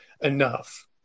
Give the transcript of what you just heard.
enough